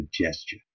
gesture